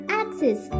axes